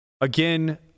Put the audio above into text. Again